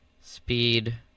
speed